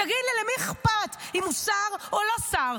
תגיד לי, למי אכפת אם הוא שר או לא שר?